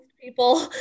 people